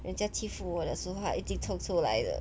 人家欺负我的时候它已经冲出来了